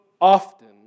often